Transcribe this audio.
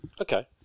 Okay